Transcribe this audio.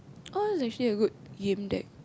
oh it's actually a good game that